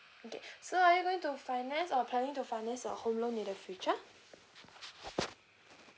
okay so are you going to finance or planning to finance your home loan in the future